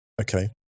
Okay